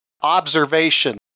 observation